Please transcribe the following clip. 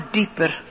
deeper